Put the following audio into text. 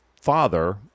father